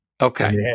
Okay